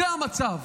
זה המצב.